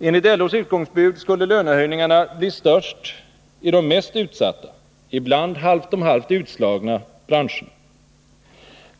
Enligt LO:s utgångsbud skulle lönehöjningarna bli störst i de mest utsatta — ibland halvt om halvt utslagna — branscherna.